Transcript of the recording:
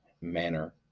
manner